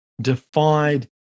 defied